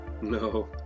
no